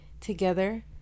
together